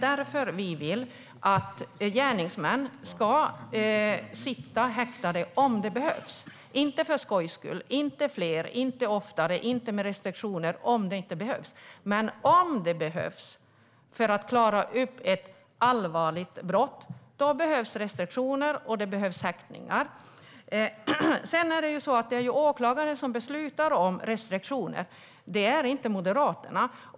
Därför vill vi att gärningsmän, om det behövs, ska sitta häktade. Det är inte för skojs skull. Det handlar inte om att det ska ske i fler fall eller vara oftare eller med restriktioner utom i de fall då det behövs. Men om det behövs restriktioner för att man ska klara upp ett allvarligt brott ska det vara möjligt med restriktioner och häktningar. Sedan är det åklagaren som beslutar om restriktioner. Det är inte Moderaterna.